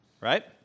right